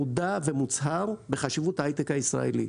מודע ומוצהר, בחשיבות ההייטק הישראלי.